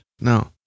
No